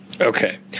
Okay